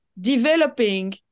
developing